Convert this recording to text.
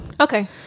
okay